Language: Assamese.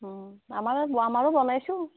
অ' আমাৰো আমাৰো বনাইছোঁ